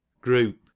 Group